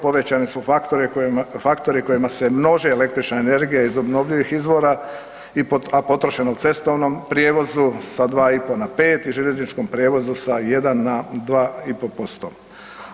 Povećani su faktori kojima se množe električna energija iz obnovljivih izvora, a potrošenom cestovnom prijevoz sa 2,5 na 5 i željezničkom prijevozu sa 1 na 2,5%